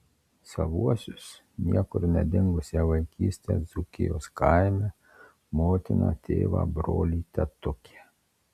savuosius niekur nedingusią vaikystę dzūkijos kaime motiną tėvą brolį tetukę